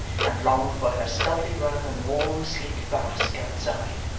and longed for her stealthy run and warm sleek bask outside.